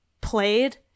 played